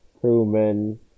crewmen